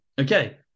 Okay